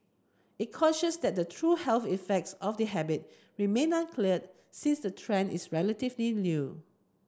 it cautioned that the true health effects of the habit remain unclear since the trend is relatively new